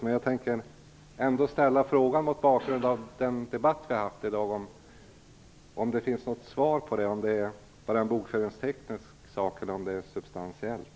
Men jag vill ändå ställa en fråga mot bakgrund av den debatt vi fört i dag. Finns det någon förklaring till det? Är det bara en bokföringsteknisk fråga eller är det substantiellt?